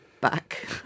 back